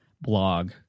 blog